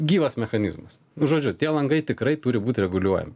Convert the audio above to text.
gyvas mechanizmas nužodžiu tie langai tikrai turi būt reguliuojami